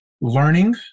learning